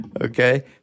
Okay